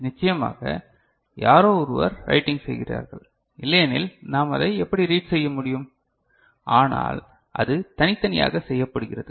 நிச்சயமாக யாரோ ஒருவர் ரைட்டிங் செய்கிறார்கள் இல்லையெனில் நாம் அதை எப்படி ரீட் செய்ய முடியும் ஆனால் அது தனித்தனியாக செய்யப்படுகிறது